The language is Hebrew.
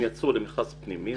הם יצאו למכרז פנימי,